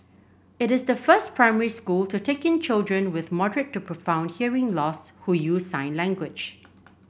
it is the first primary school to take in children with moderate to profound hearing loss who use sign language